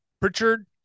Pritchard